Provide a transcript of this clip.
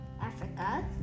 Africa